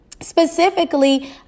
specifically